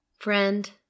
Friend